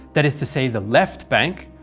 that is to say the left bank,